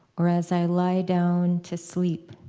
or as i lie down to sleep.